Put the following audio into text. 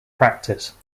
practice